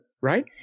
right